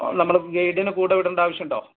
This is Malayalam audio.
നമ്മൾ ഗെയ്ഡിനെ കൂടെ വിടേണ്ട ആവശ്യമുണ്ടോ